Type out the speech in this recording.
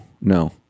no